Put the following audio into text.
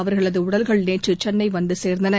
அவர்களது உடல்கள் நேற்று சென்னை வந்து சேர்ந்தன